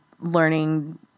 learning